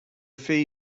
fee